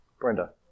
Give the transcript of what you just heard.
Brenda